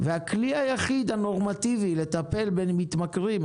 והכלי היחיד הנורמטיבי לטפל במתמכרים,